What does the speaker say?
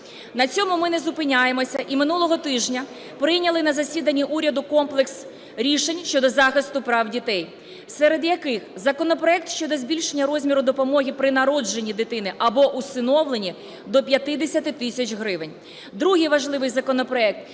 На цьому ми не зупиняємося, і минулого тижня прийняли на засіданні уряду комплекс рішень щодо захисту прав дітей, серед яких законопроект щодо збільшення розміру при народженні дитини або усиновленні до 50 тисяч гривень. Другий важливий законопроект,